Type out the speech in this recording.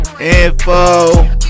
Info